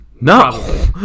No